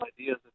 ideas